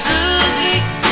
Susie